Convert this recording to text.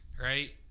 right